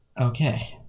Okay